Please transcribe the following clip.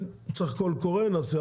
אם צריך קול קורא נעשה,